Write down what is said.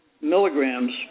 milligrams